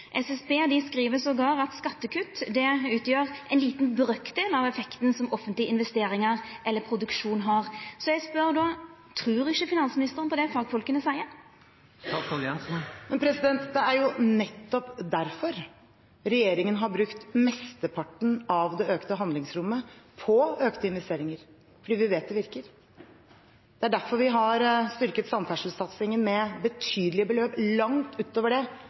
SSB skriv til og med at skattekutt utgjer ein liten brøkdel av effekten som offentlige investeringar eller produksjon har. Eg spør då: Trur ikkje finansministeren på det fagfolka seier? Det er nettopp derfor regjeringen har brukt mesteparten av det økte handlingsrommet på økte investeringer, fordi vi vet det virker. Det er derfor vi har styrket samferdselssatsingen med betydelige beløp langt utover det